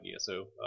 ESO